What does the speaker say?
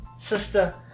Sister